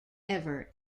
ever